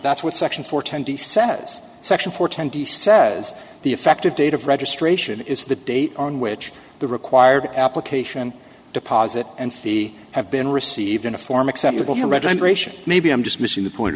that's what section four ten d says section four ten d says the effective date of registration is the date on which the required application deposit and fee have been received in a form acceptable for registration maybe i'm just missing the point